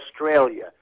Australia